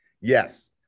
yes